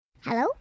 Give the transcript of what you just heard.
Hello